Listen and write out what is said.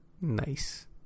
Nice